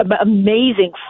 amazing